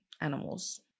animals